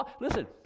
Listen